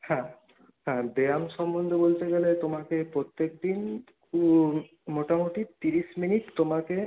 হ্যাঁ হ্যাঁ ব্যায়াম সম্বন্ধে বলতে গেলে তোমাকে প্রত্যেকদিন মোটামুটি তিরিশ মিনিট তোমাকে